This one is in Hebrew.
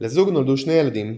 לזוג נולדו שני ילדים,